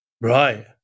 Right